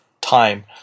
time